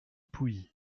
pouilly